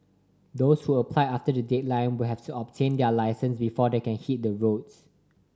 those who apply after the deadline will have to obtain their licence before they can hit the roads